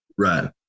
Right